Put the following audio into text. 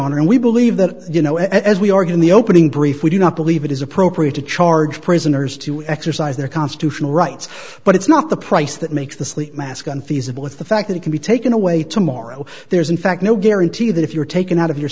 honor and we believe that you know as we are going the opening brief we do not believe it is appropriate to charge prisoners to exercise their constitutional rights but it's not the price that makes the sleep mask unfeasible with the fact that it can be taken away tomorrow there's in fact no guarantee that if you're taken out of your